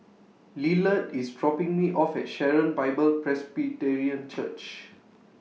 Lillard IS dropping Me off At Sharon Bible Presbyterian Church